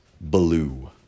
blue